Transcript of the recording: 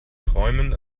träumen